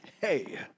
hey